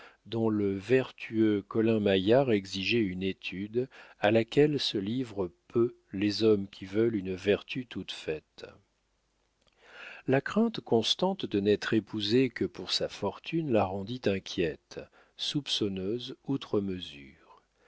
dont le vertueux colin-maillard exigeait une étude à laquelle se livrent peu les hommes qui veulent une vertu toute faite la crainte constante de n'être épousée que pour sa fortune la rendit inquiète soupçonneuse outre mesure